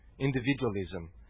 individualism